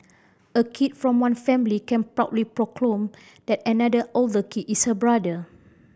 a kid from one family can proudly proclaim that another older kid is her brother